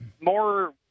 more